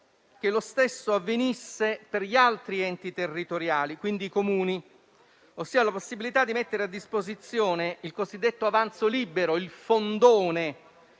che lo stesso avvenisse per gli altri enti territoriali, quindi i Comuni, ossia la possibilità di mettere a disposizione l'avanzo libero, il